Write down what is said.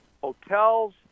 hotels